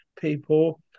people